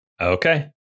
okay